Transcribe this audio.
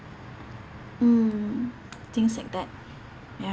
mm things like that ya